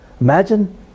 Imagine